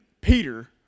Peter